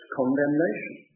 condemnation